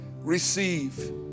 receive